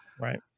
Right